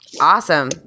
Awesome